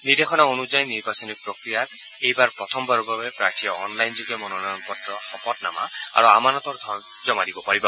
নিৰ্দেশনা অনুযায়ী নিৰ্বাচনী প্ৰক্ৰিয়াত প্ৰথমবাৰৰ বাবে প্ৰাৰ্থীয়ে অনলাইনযোগে মনোনয়ন পত্ৰ শপতনাম আৰু আমানতৰ ধন জমা দিব পাৰিব